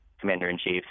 commander-in-chief